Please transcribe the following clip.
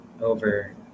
over